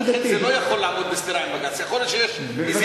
נקודתי.